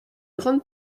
grande